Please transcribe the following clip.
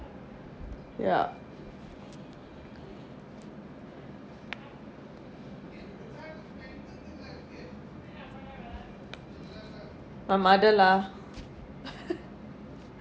ya my mother lah